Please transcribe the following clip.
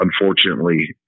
unfortunately